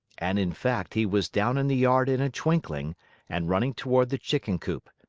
and, in fact, he was down in the yard in a twinkling and running toward the chicken coop.